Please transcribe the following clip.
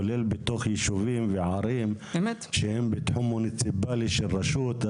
כול בתוך ישובים וערים שהן בתחום מוניציפלי של רשות,